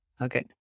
Okay